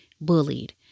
bullied